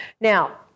Now